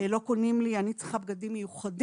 "לא קונים לי, אני צריכה בגדים מיוחדים,